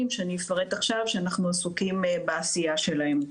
שאני אפרט עכשיו שאנחנו עסוקים בעשייה שלהם.